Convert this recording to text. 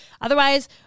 Otherwise